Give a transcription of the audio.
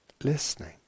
Listening